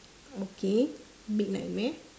okay big nightmare